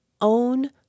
own